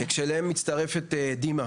אליהם מצטרפת דימא,